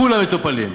כולם מטופלים.